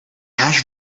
hash